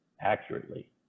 accurately